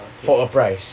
for a prize